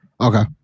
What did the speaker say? Okay